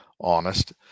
honest